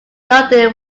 london